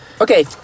Okay